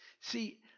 See